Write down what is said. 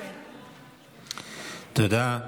תודה.